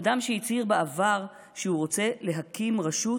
אדם שהצהיר בעבר שהוא רוצה להקים רשות